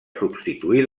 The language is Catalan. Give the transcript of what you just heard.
substituir